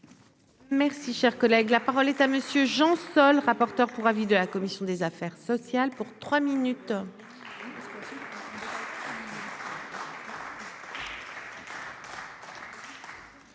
Merci, cher collègue, la parole est à monsieur Jean Sol, rapporteur pour avis de la commission des affaires sociales pour 3 minutes.